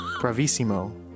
Bravissimo